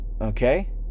okay